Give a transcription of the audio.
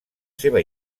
seva